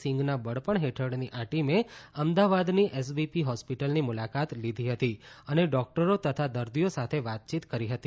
સિંઘના વડપણ હેઠળની આ ટીમે અમદાવાદની એસવીપી હોસ્પિટલની મુલાકાત લીધી હતી અને ડોક્ટરો તથા દર્દીઓ સાથે વાતચીત કરી હતી